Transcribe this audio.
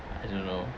I don't know